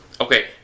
Okay